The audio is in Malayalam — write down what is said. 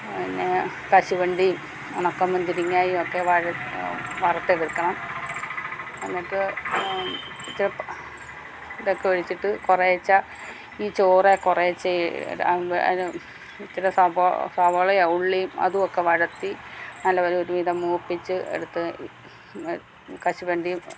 ഇന്നെ കശുവണ്ടീം ഒണക്കമുന്തിരിങ്ങായും ഒക്കെ വഴ വറൂത്ത് വെക്കണം എന്നിട്ട് ഇച്ചരെ ഇതക്കെ ഒഴിച്ചിട്ട് കുറെച്ചേ ഈ ചോറേ കുറെച്ചെ അതിന് ഇത്തരെ സവാള സവോളയോ ഉള്ളീം അതുവൊക്കെ വഴട്ടി നല്ല പോലൊരുവിധം മൂപ്പിച്ച് എടുത്ത് കശുവണ്ടീം